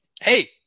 Hey